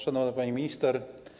Szanowna Pani Minister!